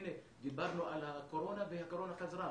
דיברנו על הקורונה והקורונה חזרה,